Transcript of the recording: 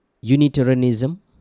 Unitarianism